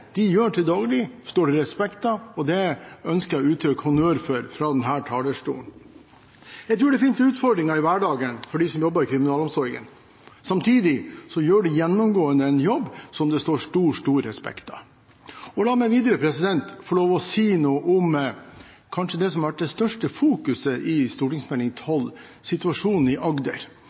de gjør til daglig, står det respekt av, og det ønsker jeg å uttrykke honnør for fra denne talerstolen. Det finnes utfordringer i hverdagen for dem som jobber i kriminalomsorgen. Samtidig gjør de gjennomgående en jobb som det står stor respekt av. La meg videre få si noe om det som kanskje har vært det største fokuset i Meld. St. 12, nemlig situasjonen i Agder.